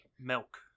Milk